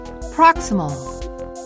proximal 。